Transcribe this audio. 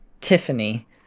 Tiffany